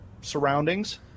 surroundings